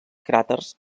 cràters